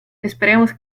esperemos